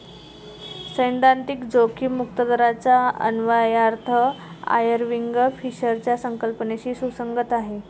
सैद्धांतिक जोखीम मुक्त दराचा अन्वयार्थ आयर्विंग फिशरच्या संकल्पनेशी सुसंगत आहे